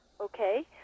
Okay